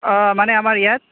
অ মানে আমাৰ ইয়াত